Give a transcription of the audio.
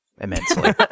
immensely